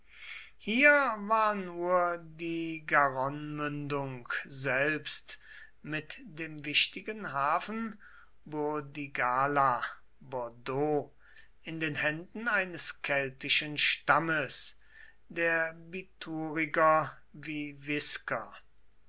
hier war nur die garonnemündung selbst mit dem wichtigen hafen burdigala bordeaux in den händen eines keltischen stammes der bituriger vivisker